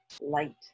light